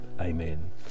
amen